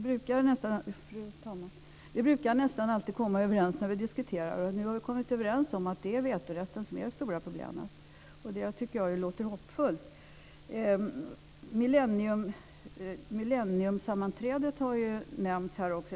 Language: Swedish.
Fru talman! Vi brukar nästan alltid komma överens när vi diskuterar. Nu har vi kommit överens om att det är vetorätten som är det stora problemet. Det låter hoppfullt. Millenniemötet nämndes här.